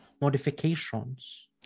modifications